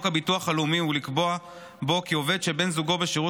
הביטוח הלאומי ולקבוע בו כי עובד שבן זוגו בשירות